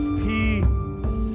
peace